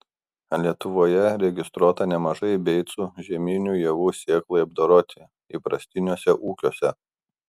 lietuvoje registruota nemažai beicų žieminių javų sėklai apdoroti įprastiniuose ūkiuose